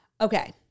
Okay